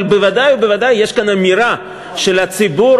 אבל בוודאי ובוודאי יש כאן אמירה של הציבור